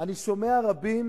אני שומע רבים